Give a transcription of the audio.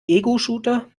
egoshooter